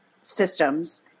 systems